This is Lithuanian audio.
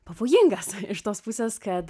pavojingas iš tos pusės kad